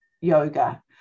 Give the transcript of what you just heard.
yoga